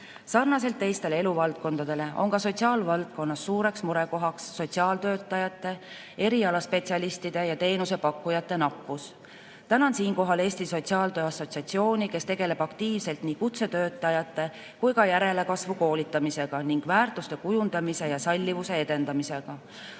heaolu. Sarnaselt teiste eluvaldkondadega on sotsiaalvaldkonnas suureks murekohaks sotsiaaltöötajate, erialaspetsialistide ja teenusepakkujate nappus. Tänan siinkohal Eesti Sotsiaaltöö Assotsiatsiooni, kes tegeleb aktiivselt nii kutsetöötajate kui ka järelkasvu koolitamisega ning väärtuste kujundamise ja sallivuse edendamisega.